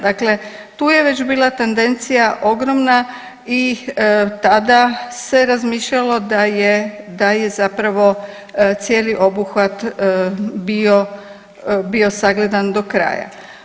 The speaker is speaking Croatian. Dakle, tu je već bila tendencija ogromna i tada se razmišljalo da je, da je zapravo cijeli obuhvat bio, bio sagledan do kraja.